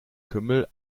kümmel